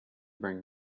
bring